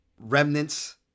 Remnants